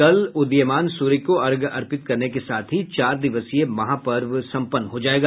कल उदीयमान सूर्य को अर्घ्य अर्पित करने के साथ ही चार दिवसीय महापर्व सम्पन्न हो जायेगा